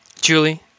Julie